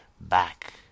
Back